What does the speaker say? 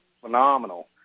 phenomenal